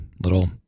little